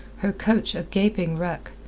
her coach a gaping wreck,